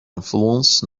influence